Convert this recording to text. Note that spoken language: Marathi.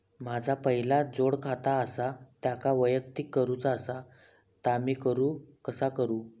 माझा पहिला जोडखाता आसा त्याका वैयक्तिक करूचा असा ता मी कसा करू?